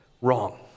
wrong